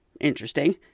Interesting